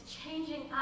changing